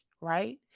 right